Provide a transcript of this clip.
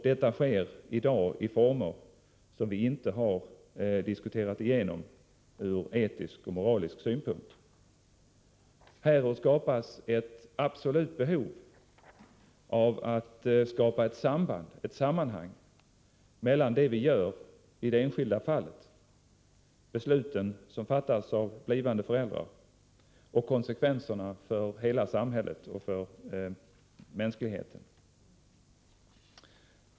Detta sker i dag i former som vi inte har diskuterat igenom ur etisk och moralisk synpunkt. Härur uppstår ett absolut behov av att skapa ett sammanhang mellan det vi gör i det enskilda fallet, beslut som fattas av blivande föräldrar, och konsekvenserna för hela samhället och för mänskligheten.